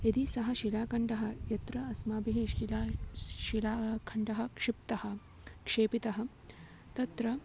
यदि सः शिलाखण्डः यत्र अस्माभिः शिला शिलाखण्डः क्षिप्तः क्षिप्तः तत्र